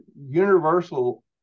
Universal